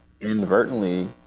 inadvertently